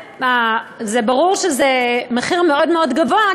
ברור שזה מחיר מאוד מאוד גבוה,